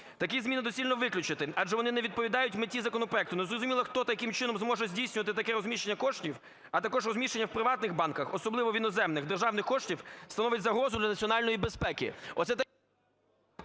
Такі зміни доцільно виключити, адже вони не відповідають меті законопроекту. Незрозуміло, хто таким чином зможе здійснювати таке розміщення коштів, а також розміщення в приватних банках, особливо в іноземних, державних коштів, становить загрозу для національної безпеки.